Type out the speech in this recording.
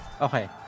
okay